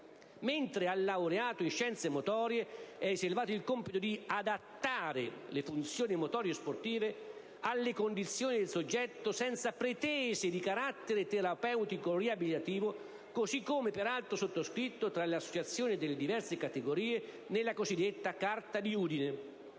mentre al laureato in scienze motorie è riservato il compito di "adattare" le funzioni motorio-sportive alle condizioni del soggetto senza pretese di carattere terapeutico-riabilitativo, così come peraltro sottoscritto tra le associazioni delle diverse categorie nella cosiddetta Carta di Udine.